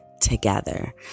together